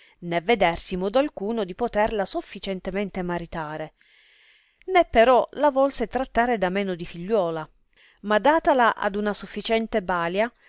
né vedersi modo alcuno di poterla sofficientemente maritare né però la volse trattare da meno di figliuola ma datala ad una sofficiente balia